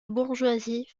bourgeoisie